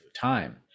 time